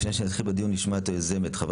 לפני שנתחיל את הדיון נשמע את יוזמת החוק,